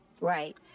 Right